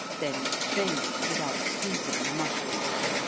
then strain it without squeezing the mushrooms.